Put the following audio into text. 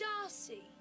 darcy